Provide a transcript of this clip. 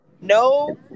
no